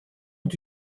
ont